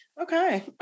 Okay